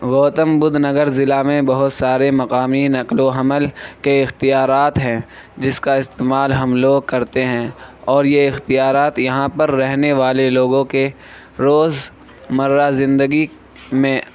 گوتم بدھ نگر ضلع میں بہت سارے مقامی نقل و حمل کے اختیارات ہیں جس کا استعمال ہم لوگ کرتے ہیں اور یہ اختیارات یہاں پر رہنے والے لوگوں کے روزمرہ زندگی میں